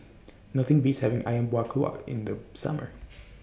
Nothing Beats having Ayam Buah Keluak in The Summer